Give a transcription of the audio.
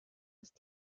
ist